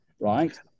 right